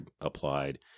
applied